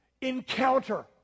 encounter